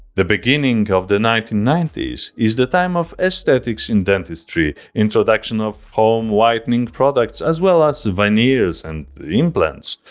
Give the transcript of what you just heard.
the beginning of the nineteen ninety s is the time of aesthetics in dentistry, introduction of home whitening products as well as veneers and implants.